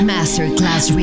Masterclass